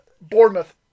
Bournemouth